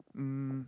um